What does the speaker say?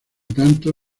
tanto